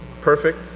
Perfect